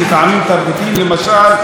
מטעמים תרבותיים למשל,